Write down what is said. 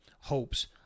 hopes